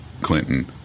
Clinton